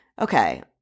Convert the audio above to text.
okay